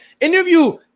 Interview